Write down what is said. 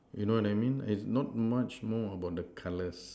you know that mean is not much more about the colours